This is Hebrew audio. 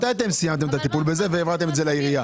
מתי אתם סיימתם את הטיפול בזה והעברתם את זה לעירייה?